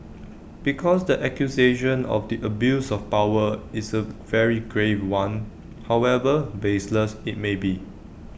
because the accusation of the abuse of power is A very grave one however baseless IT may be